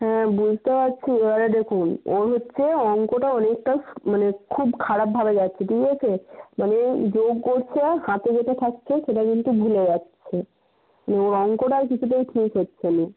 হ্যাঁ বুঝতে পারছি এবারে দেখুন ওর হচ্ছে অঙ্কটা অনেকটা মানে খুব খারাপভাবে যাচ্ছে ঠিক আছে মানে যোগ করছে হাতে যেটা থাকছে সেটা কিন্তু ভুলে যাচ্ছে মানে ওর অঙ্কটাই কিছুতেই ঠিক হচ্ছে না